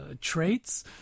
traits